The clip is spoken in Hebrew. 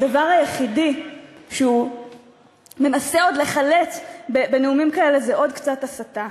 הדבר היחידי שהוא מנסה עוד לחלץ בנאומים כאלה זה עוד קצת הסתה,